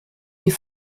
die